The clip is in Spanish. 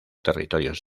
territorios